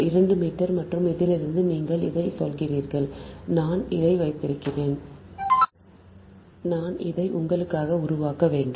2 metre மற்றும் இதிலிருந்து நீங்கள் இதைச் சொல்கிறீர்கள் நான் அதை வைத்திருக்கிறேன் நான் அதை உங்களுக்காக உருவாக்க வேண்டும்